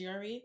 GRE